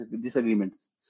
disagreements